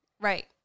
right